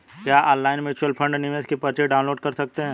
क्या online mutual fund निवेश की पर्ची डाउनलोड कर सकते हैं?